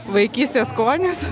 vaikystės skonis